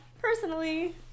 personally